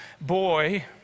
boy